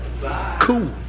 Cool